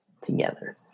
together